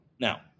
Now